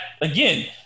again